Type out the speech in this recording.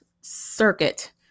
circuit